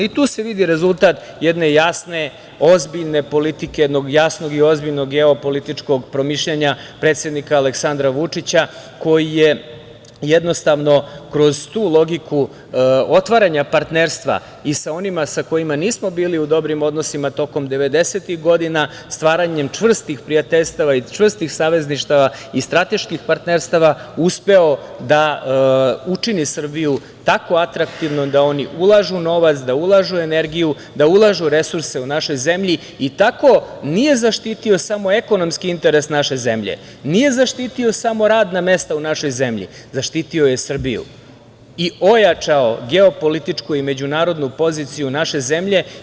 I tu se vidi rezultat jedne jasne, ozbiljne politike, jednog jasnog i ozbiljnog geopolitičkog promišljanja predsednika Aleksandra Vučića, koji je jednostavno kroz tu logiku otvaranja partnerstva i sa onima sa kojima nismo bili u dobrim odnosima tokom devedesetih godina, stvaranjem čvrstih prijateljstava i čvrstih savezništava i strateških partnerstava uspeo da učini Srbiju tako atraktivnom da oni ulažu novac, da ulažu energiju, da ulažu resurse u našoj zemlji i tako nije zaštitio samo ekonomski interes naše zemlje, nije zaštitio samo radna mesta u našoj zemlji, zaštitio je Srbiju i ojačao geopolitičku i međunarodnu poziciju naše zemlje.